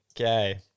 Okay